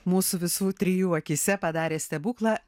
mūsų visų trijų akyse padarė stebuklą